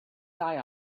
die